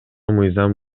мыйзам